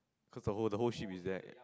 cause the whole the whole ship is there